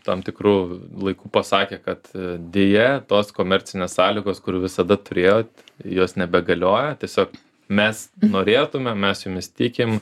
tam tikru laiku pasakė kad deja tos komercinės sąlygos kurių visada turėjot jos nebegalioja tiesiog mes norėtumėm mes jumis tikim